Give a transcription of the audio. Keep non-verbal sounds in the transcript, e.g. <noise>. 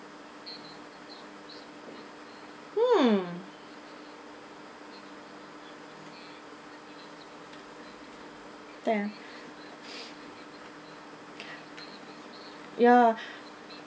hmm tell <breath> ya <breath>